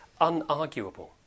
unarguable